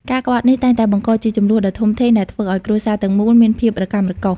ការក្បត់នេះតែងតែបង្កជាជម្លោះដ៏ធំធេងដែលធ្វើឲ្យគ្រួសារទាំងមូលមានភាពរកាំរកូស។